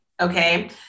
Okay